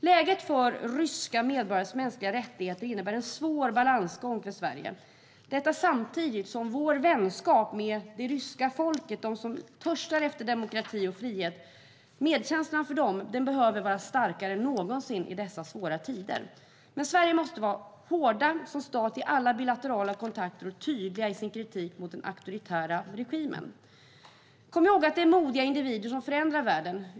Läget för ryska medborgares mänskliga rättigheter innebär en svår balansgång för Sverige samtidigt som vår medkänsla och vår vänskap med det ryska folket, som törstar efter demokrati och frihet, behöver vara starkare än någonsin i dessa svåra tider. Sverige som stat måste vara hård i alla bilaterala kontakter och tydlig i sin kritik mot den auktoritära regimen. Kom ihåg att det är modiga individer som förändrar världen!